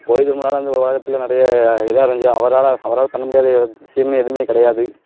போதிதர்மரால் இந்த உலகத்தில் நிறைய இதாக இருந்துச்சு அவராலே அவரால் பண்ண முடியாத விஷயமே எதுவுமே கிடையாது